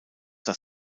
das